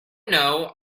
know